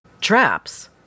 traps